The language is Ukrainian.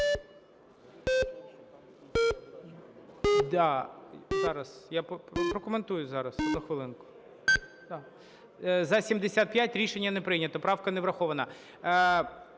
За-78 Рішення не прийнято, правка не врахована.